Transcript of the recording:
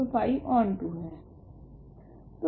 तो फाई ओंटो है